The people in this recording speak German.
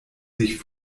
sich